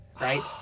right